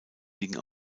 liegen